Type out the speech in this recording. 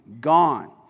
gone